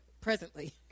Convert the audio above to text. presently